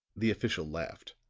the official laughed.